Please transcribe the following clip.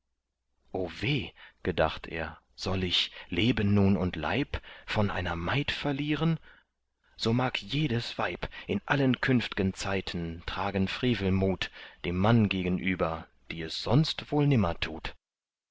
gedacht er soll ich leben nun und leib von einer maid verlieren so mag jedes weib in allen künftgen zeiten tragen frevelmut dem mann gegenüber die es sonst wohl nimmer tut